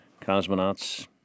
cosmonauts